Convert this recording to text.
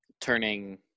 turning